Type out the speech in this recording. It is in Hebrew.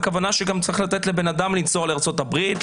הכוונה שגם צריך לתת לבן אדם לנסוע לארצות הברית,